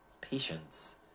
patience